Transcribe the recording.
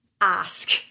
ask